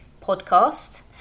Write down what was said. podcast